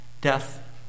Death